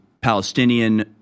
palestinian